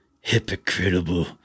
hypocritical